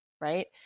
right